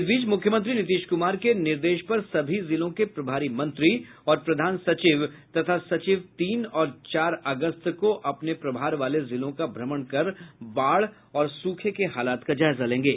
इस बीच मुख्यमंत्री नीतीश कुमार के निर्देश पर सभी जिलों के प्रभारी मंत्री और प्रधान सचिव तथा सचिव तीन और चार अगस्त को अपने प्रभार वाले जिलों का भ्रमण कर बाढ़ और सूखे के हालात का जायजा लेंगे